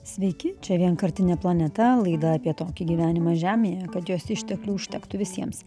sveiki čia vienkartinė planeta laida apie tokį gyvenimą žemėje kad jos išteklių užtektų visiems